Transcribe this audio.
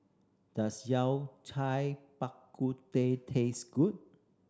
does Yao Cai Bak Kut Teh taste good